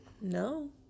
no